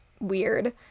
weird